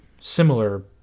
similar